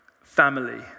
family